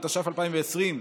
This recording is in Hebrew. התש"ף 2020,